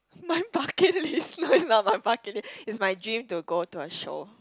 my bucket list no it's not my bucket list it's my dream to go to her show